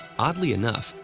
oddly enough,